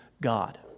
God